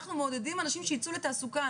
אנחנו מעודדים אנשים שיצאו לתעסוקה,